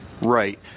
Right